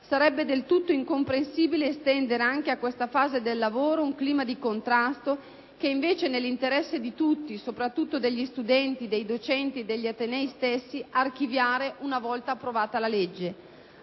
Sarebbe del tutto incomprensibile estendere anche a questa fase del lavoro un clima di contrasto, che è invece nell'interesse di tutti (soprattutto degli studenti, dei docenti e degli atenei stessi) archiviare una volta approvata la legge.